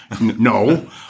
No